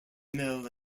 mill